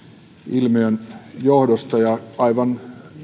ilmiön johdosta ja aivan